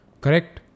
correct